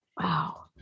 Wow